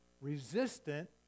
resistant